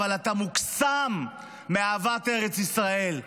אבל אתה מוקסם מאהבת ארץ ישראל,